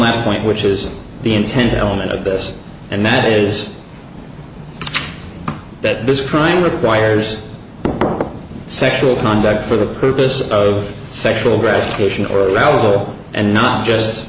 last point which is the intent element of this and that is that this crime requires sexual contact for the purpose of sexual gratification or arousal and not just